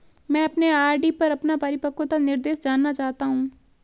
मैं अपने आर.डी पर अपना परिपक्वता निर्देश जानना चाहता हूं